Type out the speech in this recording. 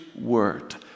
word